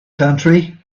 country